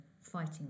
fighting